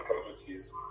properties